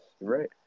right